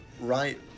right